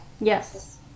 Yes